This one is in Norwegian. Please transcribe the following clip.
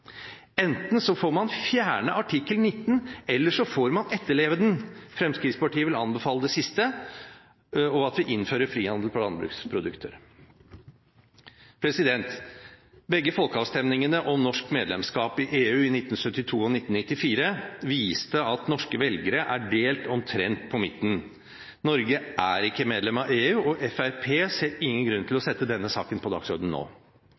får man fjerne artikkel 19, eller så får man etterleve den. Fremskrittspartiet vil anbefale det siste og at vi innfører frihandel for landbruksprodukter. Begge folkeavstemningene om norsk medlemskap i EU, i 1972 og 1994, viste at norske velgere er delt omtrent på midten. Norge er ikke medlem av EU, og Fremskrittspartiet ser ingen grunn til å sette denne saken på dagsordenen nå.